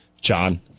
John